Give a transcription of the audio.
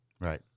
Right